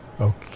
Okay